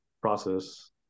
process